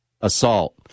assault